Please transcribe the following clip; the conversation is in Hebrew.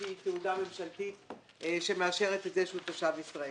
איזושהי תעודה ממשלתית שמאשרת את זה שהוא תושב ישראל.